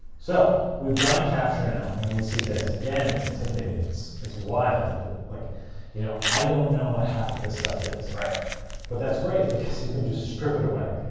so we've done a capture now, and we see this. again, it's intimidating. it's it's wild. like you know i don't know what half of this stuff is, but that's great because you can just strip it away.